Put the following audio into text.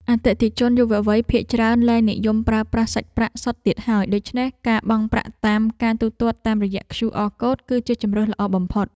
អតិថិជនយុវវ័យភាគច្រើនលែងនិយមប្រើប្រាស់សាច់ប្រាក់សុទ្ធទៀតហើយ ដូច្នេះការបង់ប្រាក់តាមការទូទាត់តាមរយៈឃ្យូអរកូដ គឺជាជម្រើសល្អបំផុត។